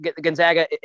Gonzaga